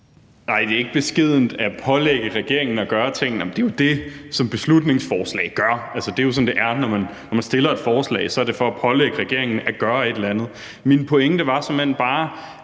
Nej, det er ikke beskedent at pålægge regeringen at gøre ting, men det er jo det, beslutningsforslag gør. Altså, det er jo sådan, det er, når man fremsætter et forslag – så er det for at pålægge regeringen at gøre et eller andet. Min pointe var såmænd bare,